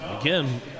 again